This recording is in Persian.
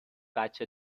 بچه